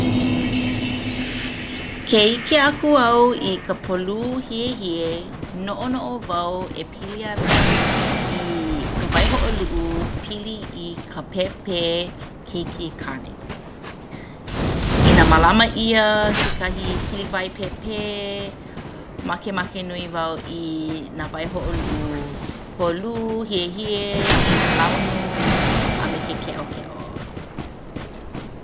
Ke ʻike aku au i ka polū hiehie noʻonoʻo wau e pili ana i ka waihoʻoluʻu pili i ka pēpē keikikāne. Inā mālama ʻia kekahi kiliwai pēpē makemake nui wau i nā waihoʻoluʻu polū hiehie me ka palaunu a me ke keʻokeʻo.